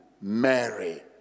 Mary